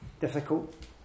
difficult